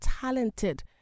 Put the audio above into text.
talented